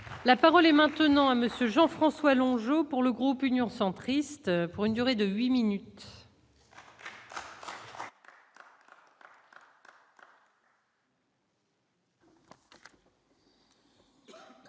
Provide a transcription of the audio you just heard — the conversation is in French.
La parole est maintenant à monsieur Jean-François jours pour le groupe Union centriste pour une durée de 8 minutes.